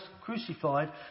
crucified